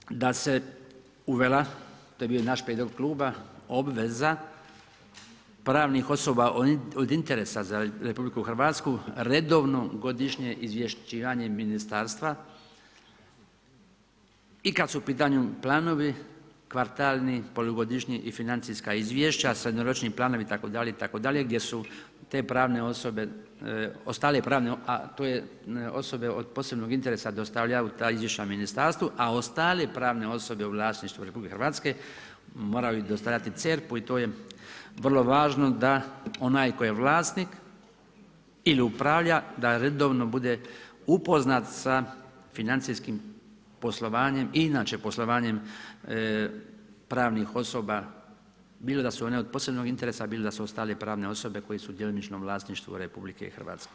Dobro je da se uvela, to je bio naš prijedlog kluba, obveza pravnih osoba od interesa za RH redovno godišnje izvješćivanje ministarstva i kad su u pitanju planovi kvartalni, polugodišnji i financijska izvješća sa jednoročnim planom itd., itd., gdje su te pravne osobe ostale, to su osobe od posebnog interesa da ostavljaju ta izvješća ministarstvu, a ostale pravne osobe u vlasništvu RH, moraju dostavljati CERP-u i to je vrlo važno da onaj tko je vlasnik ili upravlja, da redovne bude upoznat sa financijskim poslovanjem i inače poslovanjem pravnih osoba bilo da su one od posebnog interesa bilo da su ostale pravne osobe koje su djelomično u vlasništvu RH.